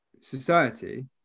society